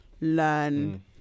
learn